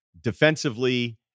defensively